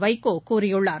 வைகோ கூறியுள்ளார்